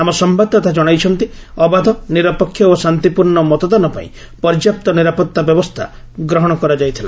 ଆମ ସମ୍ଭାଦଦାତା କଶାଇଛନ୍ତି ଅବାଧ ନିରପେକ୍ଷ ଓ ଶାନ୍ତିପୂର୍ଣ୍ଣ ମତଦାନ ପାଇଁ ପର୍ଯ୍ୟାପ୍ତ ନିରାପତ୍ତା ବ୍ୟବସ୍ଥା ଗ୍ରହଣ କରାଯାଇଥିଲା